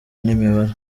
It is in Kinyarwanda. n’imibare